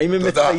האם הם מצייתים,